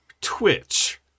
Twitch